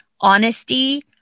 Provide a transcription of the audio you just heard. honesty